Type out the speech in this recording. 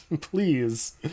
please